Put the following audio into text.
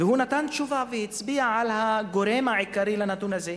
והוא נתן תשובה והצביע על הגורם העיקרי לנתון הזה.